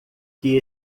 que